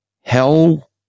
hell